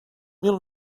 mil